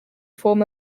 form